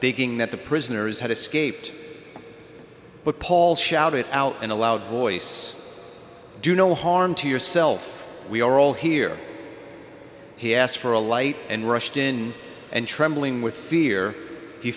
digging that the prisoners had escaped but paul shout it out in a loud voice do no harm to yourself we are all here he asked for a light and rushed in and trembling with fear